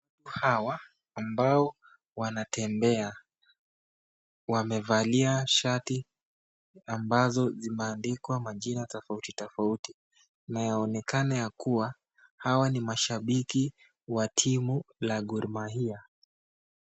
Hawa ambao wanatembea wamevalia shati ambazo zimeandikwa majina tofauti tofauti. Na yaonekana ya kuwa hawa ni mashabiki la timu la Gor Mahia.